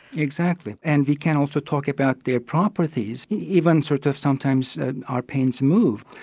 exactly, and we can also talk about their properties, even sort of sometimes our pains move.